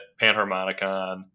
Panharmonicon